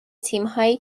تیمهایی